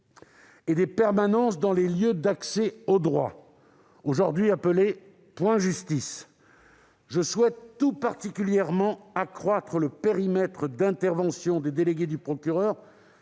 et des permanences dans les lieux d'accès au droit, aujourd'hui appelés « points justice ». Je souhaite tout particulièrement accroître le périmètre d'intervention des délégués du procureur,